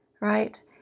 right